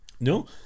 No